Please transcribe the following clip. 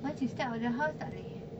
once you step out the house tak boleh